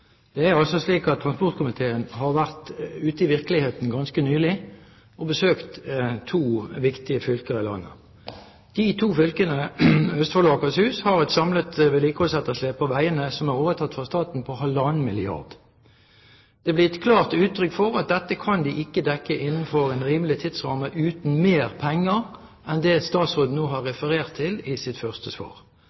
Det er altså slik at transportkomiteen har vært ute i virkeligheten ganske nylig, og besøkt to viktige fylker i landet. De to fylkene, Østfold og Akershus, har et samlet vedlikeholdsetterslep på veiene som er overtatt fra staten, på 1,5 milliarder kr. Det ble gitt klart uttrykk for at dette kan de ikke dekke innenfor en rimelig tidsramme uten mer penger enn det statsråden nå har referert til i sitt første svar.